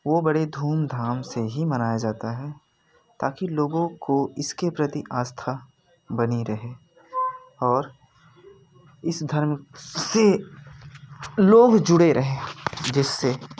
वो बड़े धूमधाम से ही मनाया जाता है ताकि लोगों को इस के प्रति आस्था बनी रहे और इस धर्म से लोग जुड़े रहें जिससे